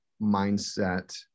mindset